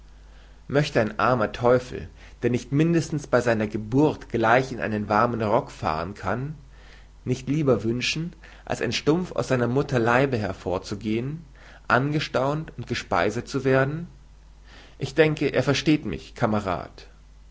möchte ein armer teufel der nicht mindestens bei seiner geburt gleich in einen warmen rock fahren kann nicht lieber wünschen als ein stumpf aus seiner mutterleibe hervorzugehen angestaunt und gespeiset zu werden ich denke er versteht mich kamerad